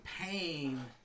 pain